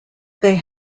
they